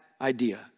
idea